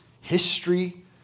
history